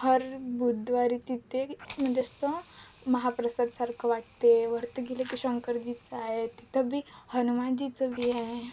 हर बुधवारी तिथे म्हणजे असं महाप्रसादासारखं वाटते वरती गेलं की शंकरजीचं आहे तिथं बी हनुमानजीचं बी आहे